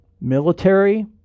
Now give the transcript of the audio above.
military